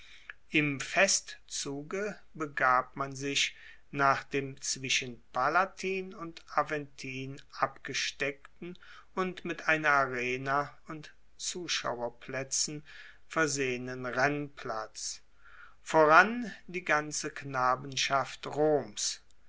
im festzuge begab man sich nach dem zwischen palatin und aventin abgesteckten und mit einer arena und zuschauerplaetzen versehenen rennplatz voran die ganze knabenschaft roms